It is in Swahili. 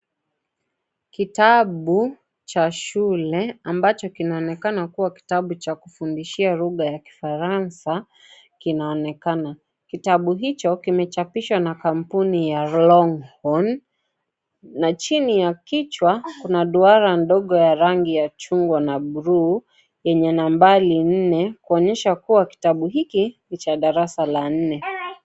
Kitabu cha shule ambacho kinaonekana kuwa kitabu cha kufundishia lugha ya kifaransa kinaonekana. Kitabu hicho kime chapisho na kampuni ya longhorn na chini ya kichwa kuna duara ndogo ya rangi ya chungwa na bluu yenye nambari nne kuonyesha kuwa kitabu hiki ni cha darasa la nne.